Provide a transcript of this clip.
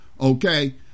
okay